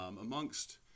amongst